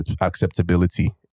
acceptability